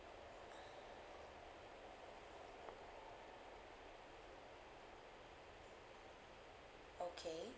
okay